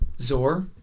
Zor